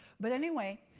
but anyway,